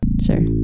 Sure